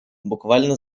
буквально